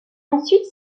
ensuite